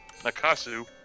Nakasu